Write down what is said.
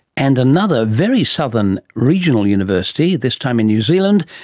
and another very southern regional university, this time in new zealand,